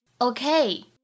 Okay